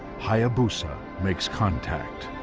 hayabusa makes contact.